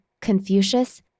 Confucius